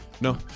No